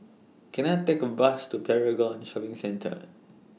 Can I Take A Bus to Paragon Shopping Centre